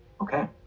Okay